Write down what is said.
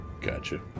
Gotcha